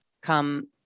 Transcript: come